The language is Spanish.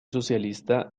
socialista